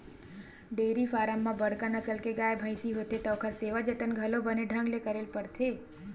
dairy farm म बड़का नसल के गाय, भइसी होथे त ओखर सेवा जतन घलो बने ढंग ले करे ल परथे